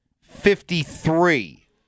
fifty-three